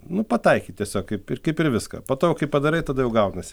nu pataikyt tiesiog kaip ir kaip ir viską po to jau kai padarai tada jau gaunasi